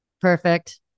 Perfect